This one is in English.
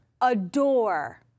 adore